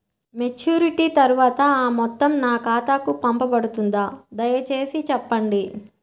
Maturity తర్వాత ఆ మొత్తం నా ఖాతాకు పంపబడుతుందా? దయచేసి చెప్పండి?